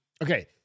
Okay